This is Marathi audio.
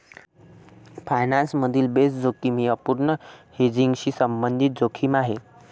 फायनान्स मधील बेस जोखीम ही अपूर्ण हेजिंगशी संबंधित जोखीम आहे